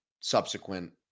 subsequent